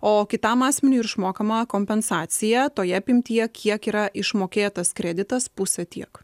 o kitam asmeniui yra išmokama kompensacija toje apimtyje kiek yra išmokėtas kreditas pusę tiek